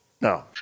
No